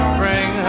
bring